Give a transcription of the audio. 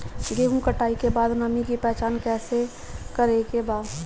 गेहूं कटाई के बाद नमी के पहचान कैसे करेके बा?